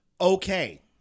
Okay